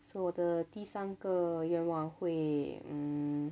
so 我的第三个愿望会 mm